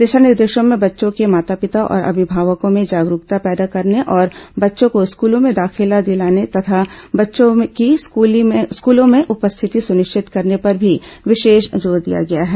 दिशा निर्देशों में बच्चों के माता पिता और अभिभावकों में जागरूकता पैदा करने और बच्चों को स्कूलों में दाखिला दिलाने तथा बच्चों की स्कूलों में उपस्थिति सुनिश्चित करने पर भी विशेष जोर दिया गया है